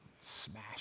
smash